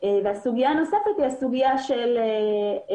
והסוגיה הנוספת היא אכיפה.